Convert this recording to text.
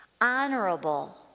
honorable